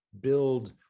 build